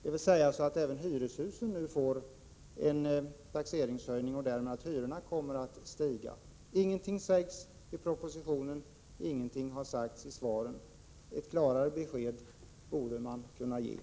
Det skulle ju innebära att även hyreshusen får en taxeringshöjning och att hyrorna därmed stiger. Ingenting sägs i propositionen om den saken och ingenting har sagts i svaren på de olika frågorna. Ett klarare besked borde alltså kunna ges.